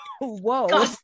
whoa